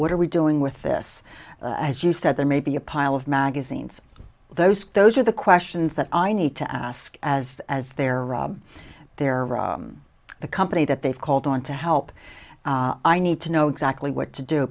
what are we doing with this as you said there may be a pile of magazines those those are the questions that i need to ask as as there rob they're the company that they've called on to help i need to know exactly what to do